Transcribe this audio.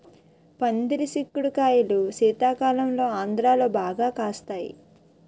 పందిరి సిక్కుడు కాయలు శీతాకాలంలో ఆంధ్రాలో బాగా కాస్తాయి